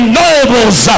nobles